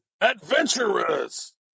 adventurous